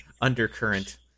undercurrent